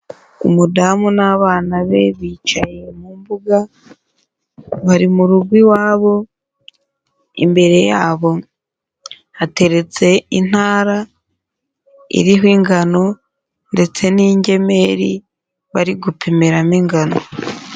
Umudamu n'abana be bicaye mu mbuga, bari mu rugo iwabo, imbere yabo hateretse intara iriho ingano ndetse n'ingemeri bari gupimiramo ingano.